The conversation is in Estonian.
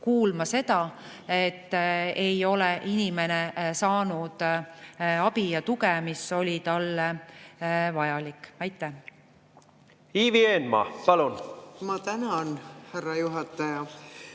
kuulma seda, et inimene ei ole saanud abi ja tuge, mis oli talle vajalik. Ivi Eenmaa, palun! Ma tänan, härra juhataja!